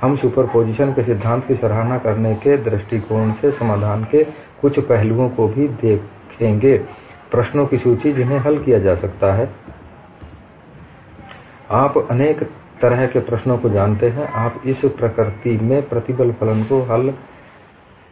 हम सुपरपोज़िशन के सिद्धांत की सराहना करने के दृष्टिकोण से समाधान के कुछ पहलुओं को भी देखेंगे प्रश्नों की सूची जिन्हें हल किया जा सकता है आप अनेक तरह के प्रश्नों को जानते हैं आप इस प्रकृति में प्रतिबल फलन को लेकर हल